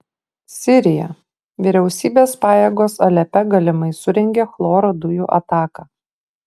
sirija vyriausybės pajėgos alepe galimai surengė chloro dujų ataką